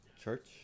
Church